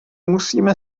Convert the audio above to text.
musíme